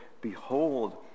behold